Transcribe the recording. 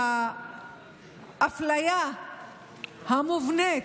שהאפליה המובנית,